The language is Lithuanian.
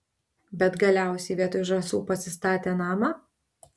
bet galiausiai vietoj žąsų pasistatė namą